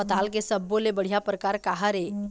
पताल के सब्बो ले बढ़िया परकार काहर ए?